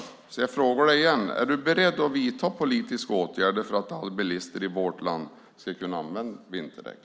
Jag frågar dig igen: Är du beredd att vidta politiska åtgärder för att alla bilister i vårt land ska kunna använda vinterdäck?